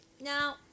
Now